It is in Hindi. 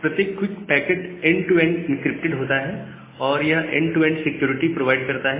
प्रत्येक quick packet end to end encrypted होता है और यह end to end security provide करता है